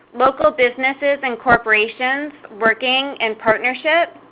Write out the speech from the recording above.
local businesses and corporations working in partnership